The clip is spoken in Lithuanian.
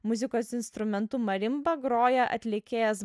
muzikos instrumentu marimba groja atlikėjas